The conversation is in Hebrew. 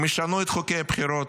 הם ישנו את חוקי הבחירות,